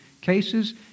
cases